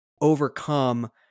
overcome